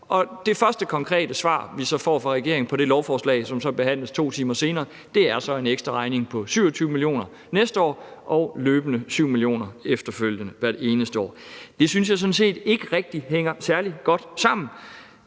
det første konkrete svar, vi så får fra regeringen på det lovforslag, som så behandles 2 timer senere, er en ekstraregning på 27 mio. kr. næste år og løbende 7 mio. kr. efterfølgende hvert eneste år. Det synes jeg sådan set ikke rigtig hænger særlig godt sammen.